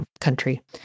country